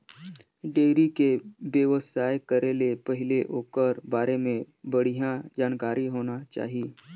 dairy के बेवसाय करे ले पहिले ओखर बारे में बड़िहा जानकारी होना चाही